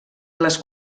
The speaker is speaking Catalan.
les